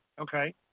Okay